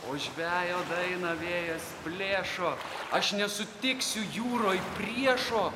o žvejo dainą vėjas plėšo aš nesutiksiu jūroj priešo